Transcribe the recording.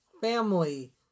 Family